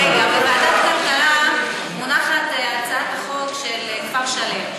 בוועדת הכלכלה מונחת הצעת החוק של כפר שלם.